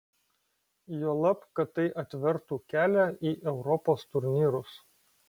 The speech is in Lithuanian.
juolab kad tai atvertų kelią į europos turnyrus